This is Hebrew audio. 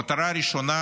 המטרה הראשונה